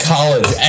College